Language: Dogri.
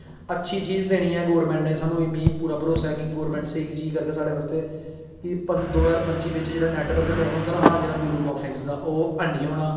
अच्छी चीज़ देनी ऐ गौरमैंट नै साह्नू मीं पूरा भरोसा ऐ कि गोरमैंट स्हेई गै चीज़ करग साढ़ै बास्तै दो ज्हार पंजी बिच्च जेह्ड़ा नैटबर्क जोन होंदा हा ना वीडियो कांफ्रैंसींग दा ओहे ऐनी होना